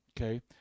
okay